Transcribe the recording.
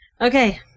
Okay